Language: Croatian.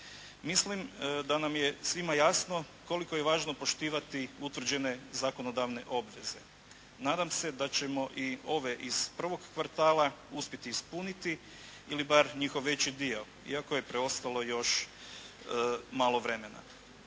Mislim da nam je svima jasno koliko je važno poštivati utvrđene zakonodavne obveze. Nadam se da ćemo i ove iz prvog kvartala uspjeti ispuniti ili bar njihov veći dio. Iako je preostalo još malo vremena.